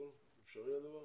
אפשרי הדבר?